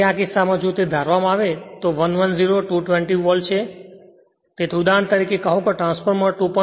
તેથી આ કિસ્સામાં જો તે ધારવામાં આવે તો 110 220 વોલ્ટ છે તેથી ઉદાહરણ તરીકે કહો કે ટ્રાન્સફોર્મર 2